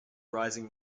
rising